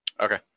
okay